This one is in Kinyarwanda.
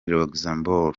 luxembourg